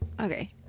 okay